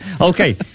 Okay